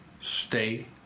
state